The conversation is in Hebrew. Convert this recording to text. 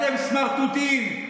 אתם סמרטוטים.